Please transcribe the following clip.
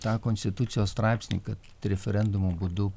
tą konstitucijos straipsnį kad referendumo būdu